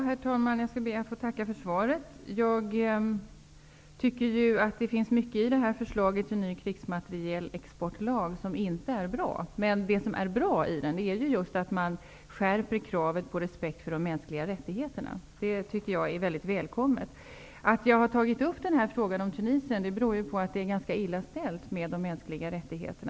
Herr talman! Jag skall be att få tacka för svaret. Det finns mycket i förslaget till ny krigsmaterielexportlag som inte är bra, men det som är bra i den är att man skärper kravet på respekt för de mänskliga rättigheterna. Jag tycker att det är mycket välkommet. Att jag har ställt denna fråga om Tunisien beror på att det där är ganska illa ställt med de mänskliga rättigheterna.